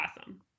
awesome